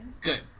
Good